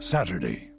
Saturday